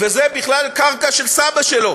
וזה בכלל קרקע של סבא שלו,